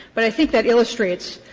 but i think that illustrates,